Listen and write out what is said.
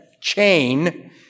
chain